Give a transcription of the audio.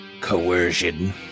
coercion